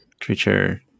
creature